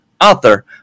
author